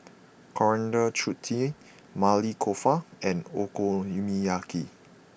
Coriander Chutney Maili Kofta and Okonomiyaki